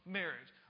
marriage